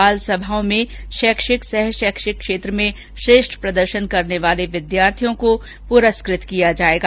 बालसभाओं में शैक्षिक सह शैक्षिक क्षेत्र में श्रेष्ठ प्रदर्शन करने वाले विद्यार्थियों को प्रस्कृत किया जाएगा